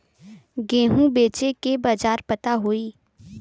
गेहूँ बेचे के बाजार पता होई?